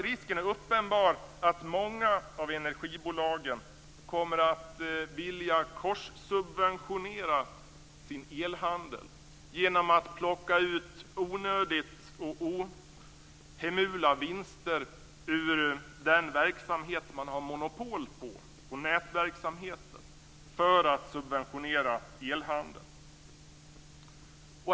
Risken är uppenbar att många av energibolagen kommer att vilja korssubventionera sin elhandel, genom att plocka ut ohemula vinster ur den nätverksamhet som man har monopol på för att subventionera elhandeln.